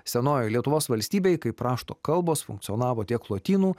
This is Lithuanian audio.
senojoj lietuvos valstybėj kaip rašto kalbos funkcionavo tiek lotynų